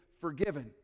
forgiven